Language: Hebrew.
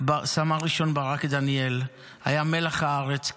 סמל-ראשון ברק דניאל היה מלח הארץ,